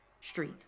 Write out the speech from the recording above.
street